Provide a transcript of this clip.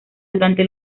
durante